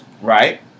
right